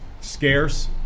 scarce